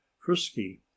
frisky